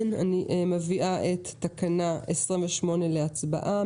נביא את תקנה 28 להצבעה.